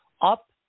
up